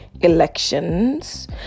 elections